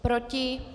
Proti?